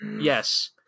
yes